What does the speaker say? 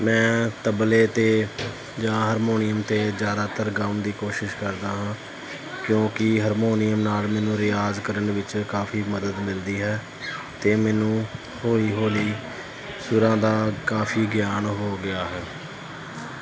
ਮੈਂ ਤਬਲੇ 'ਤੇ ਜਾਂ ਹਰਮੋਨੀਅਮ 'ਤੇ ਜ਼ਿਆਦਾਤਰ ਗਾਉਣ ਦੀ ਕੋਸ਼ਿਸ਼ ਕਰਦਾ ਹਾਂ ਕਿਉਂਕਿ ਹਰਮੋਨੀਅਮ ਨਾਲ ਮੈਨੂੰ ਰਿਆਜ਼ ਕਰਨ ਵਿੱਚ ਕਾਫੀ ਮਦਦ ਮਿਲਦੀ ਹੈ ਅਤੇ ਮੈਨੂੰ ਹੌਲੀ ਹੌਲੀ ਸੁਰਾਂ ਦਾ ਕਾਫੀ ਗਿਆਨ ਹੋ ਗਿਆ ਹੈ